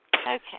Okay